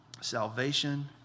salvation